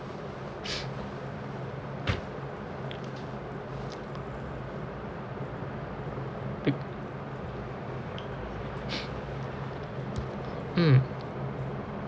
be mm